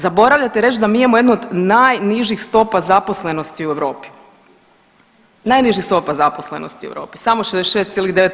Zaboravljate reć da mi imamo jednu od najnižih stopa zaposlenosti u Europi, najnižih stopa zaposlenosti u Europi samo 66,9%